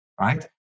right